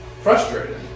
frustrated